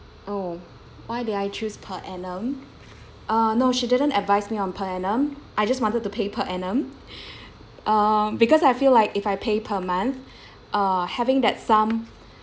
oh why did I choose per annum uh no she didn't advise me on per annum I just wanted to pay per annum um because I feel like if I pay per month uh having that sum